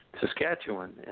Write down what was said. Saskatchewan